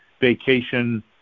vacation